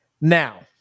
Now